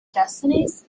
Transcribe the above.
destinies